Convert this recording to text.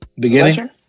Beginning